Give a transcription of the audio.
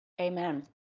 Amen